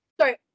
sorry